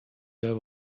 der